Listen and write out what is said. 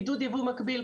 עידוד ייבוא מקביל,